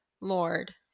Lord